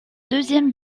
deuxième